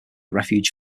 refuge